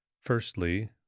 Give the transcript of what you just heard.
Firstly